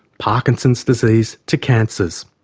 parkinson's disease to cancers.